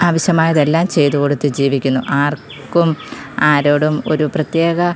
ആവശ്യമായെതെല്ലാം ചെയ്തു കൊടുത്ത് ജീവിക്കുന്നു ആർക്കും ആരോടും ഒരു പ്രത്യേക